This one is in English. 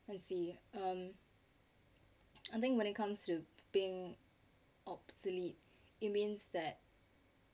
I see um I think when it comes to being obsolete it means that